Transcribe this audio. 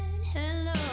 hello